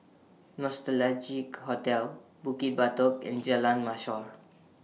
Nostalgia Hotel Bukit Batok and Jalan Mashor